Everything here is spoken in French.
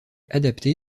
adapté